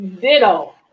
ditto